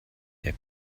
der